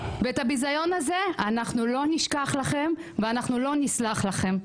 ואת הביזיון הזה אנחנו לא נשכח לכם ולא נסלח לכם.